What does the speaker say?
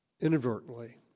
inadvertently